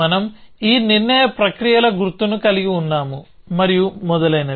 మనం ఈ నిర్ణయ ప్రక్రియల గుర్తును కలిగి ఉన్నాము మరియు మొదలైనవి